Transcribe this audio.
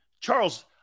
Charles